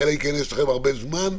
אלא אם כן יש לכם הרבה זמן,